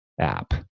app